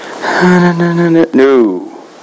No